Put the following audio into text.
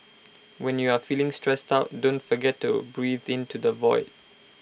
when you are feeling stressed out don't forget to breathe into the void